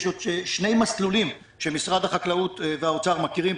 יש עוד שני מסלולים שמשרד החקלאות ומשרד האוצר מכירים.